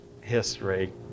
history